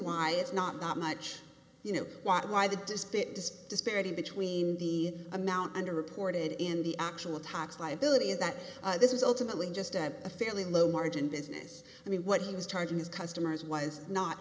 why it's not that much you know why why the display it is disparity between the amount under reported in the actual tax liability is that this is ultimately just at a fairly low margin business i mean what he was charging his customers was not